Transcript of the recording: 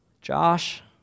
Josh